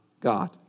God